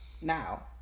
Now